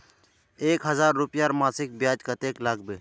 एक हजार रूपयार मासिक ब्याज कतेक लागबे?